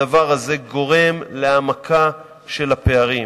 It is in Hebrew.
הדבר הזה גורם להעמקה של הפערים.